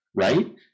Right